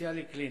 סוציאלי קליני?